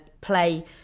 play